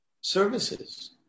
services